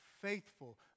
faithful